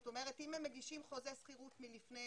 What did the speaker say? זאת אומרת, אם הם מגישים חוזה שכירות מלפני